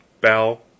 Bell